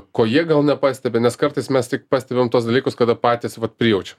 ko jie gal nepastebi nes kartais mes tik pastebim tuos dalykus kada patys vat prijaučiam